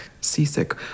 Seasick